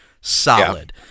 solid